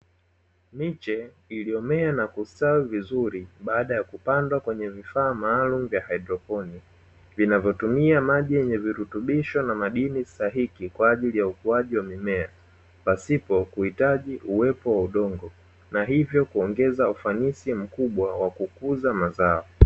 Miche iliyomea na kustawi vizuri baada ya kupandwa kwenye vifaa maalumu vya haidroponi, vinavyotumia maji yenye virutubisho na madini stahiki kwa ukuaji wa mimea pasipo kuhitaji uwepo wa udongo, na hivyo kuongeza ufanisi zaidi mkubwa wa kukuza mazao.